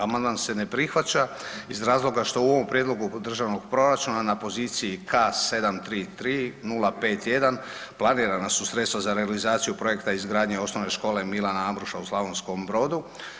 Amandman se ne prihvaća iz razloga što u ovom prijedlogu državnog proračuna na poziciji K733051 planirana su sredstva za realizaciju projekta izgradnje OŠ „Milana Amruša“ u Slavonskom Brodu.